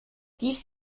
dies